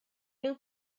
new